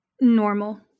normal